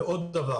עוד דבר